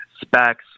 specs